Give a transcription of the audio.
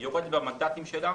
שיורדת במנדטים שלה,